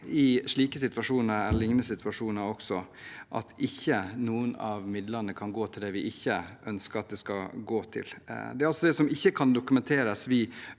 i liknende situasjoner – å sikre at ikke noen av midlene kan gå til det vi ikke ønsker at de skal gå til. Det er det som ikke kan dokumenteres,